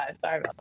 sorry